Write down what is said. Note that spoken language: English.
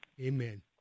Amen